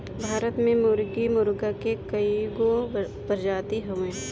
भारत में मुर्गी मुर्गा के कइगो प्रजाति हवे